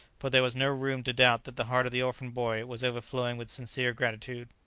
for there was no room to doubt that the heart of the orphan boy was overflowing with sincere gratitude.